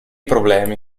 problemi